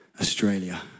Australia